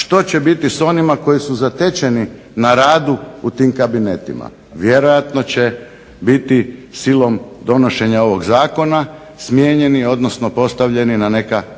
što će biti s onima koji su zatečeni na radu u tim kabinetima? Vjerojatno će biti silom donošenja ovog zakona smijenjeni odnosno postavljeni na neka